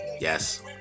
yes